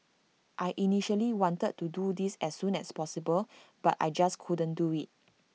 I initially wanted to do this as soon as possible but I just couldn't do IT